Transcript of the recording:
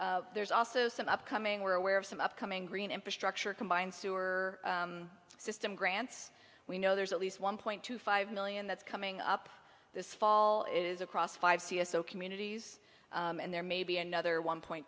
that there's also some upcoming we're aware of some upcoming green infrastructure combined sewer system grants we know there's at least one point two five million that's coming up this fall it is across five c s o communities and there may be another one point